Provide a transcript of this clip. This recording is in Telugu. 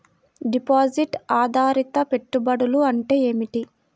డిపాజిట్ ఆధారిత పెట్టుబడులు అంటే ఏమిటి?